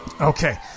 Okay